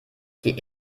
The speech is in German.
die